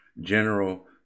General